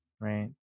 Right